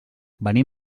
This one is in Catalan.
venim